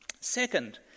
Second